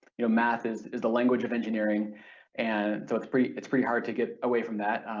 you know math is is the language of engineering and so it's pretty it's pretty hard to get away from that.